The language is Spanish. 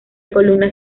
columna